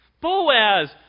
Boaz